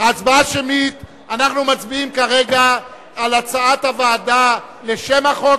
אנחנו מצביעים כרגע על הצעת הוועדה לשם החוק